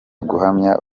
guhamya